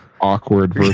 Awkward